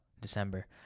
December